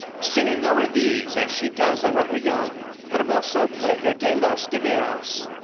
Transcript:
singing o'er these, as she does o'er her young. hermoso placer de los dineros.